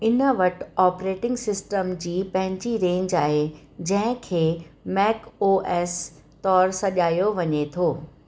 इन वटि operating system जी पंहिंजी रेंज आहे जंहिं खे मैक ओ एस तौरु सॼायो वञे थो